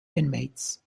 inmates